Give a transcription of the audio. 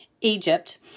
Egypt